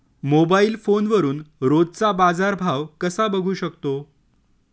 Mobile फोनवरून रोजचा बाजारभाव कसा बघू शकतो?